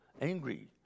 angry